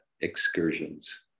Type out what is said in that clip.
excursions